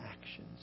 actions